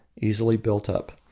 easily built up.